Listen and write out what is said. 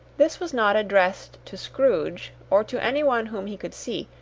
this was not addressed to scrooge, or to any one whom he could see,